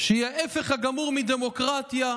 שהיא ההפך הגמור מדמוקרטיה.